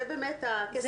זה באמת הכסף הקטן.